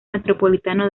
metropolitano